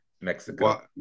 mexico